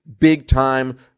big-time